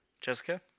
Jessica